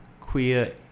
queer